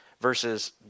versus